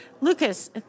Lucas